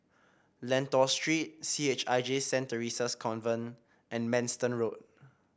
Lentor Street C H I J Saint Theresa's Convent and Manston Road